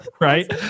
Right